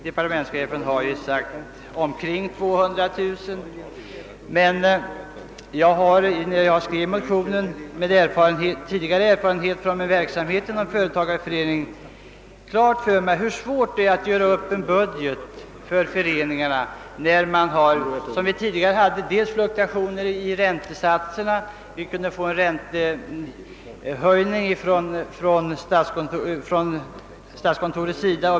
Departementschefen har sagt omkring 200 000 kronor efter prövning. Med erfarenhet från min verksamhet inom företagareföreningen har jag klart för mig hur svårt det är för föreningarna att göra upp en budget, främst med tanke på fluktuationer i räntesatserna, som förekommit tidigare. Statskontoret kunde t.ex. företa en räntehöjning.